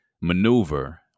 maneuver